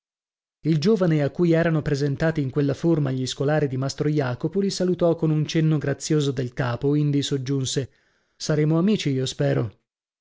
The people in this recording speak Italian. il giovane a cui erano presentati in quella forma gli scolari di mastro jacopo li salutò con un cenno grazioso del capo indi soggiunse saremo amici io spero